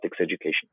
education